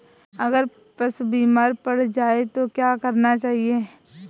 अगर पशु बीमार पड़ जाय तो क्या करना चाहिए?